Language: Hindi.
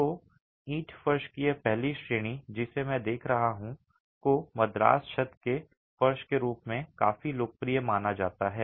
तो ईंट फर्श की यह पहली श्रेणी जिसे मैं देख रहा हूं को मद्रास छत के फर्श के रूप में काफी लोकप्रिय माना जाता है